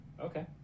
Okay